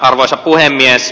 arvoisa puhemies